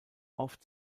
oft